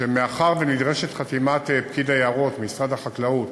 שמאחר שנדרשת חתימת פקיד היערות ממשרד החקלאות,